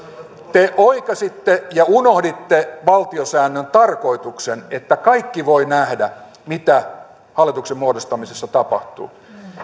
te oikaisitte ja unohditte valtiosäännön tarkoituksen että kaikki voivat nähdä mitä hallituksen muodostamisessa tapahtuu